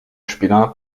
spinat